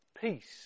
Peace